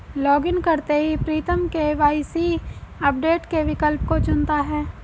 login करते ही Pritam KYC update के विकल्प को चुनता है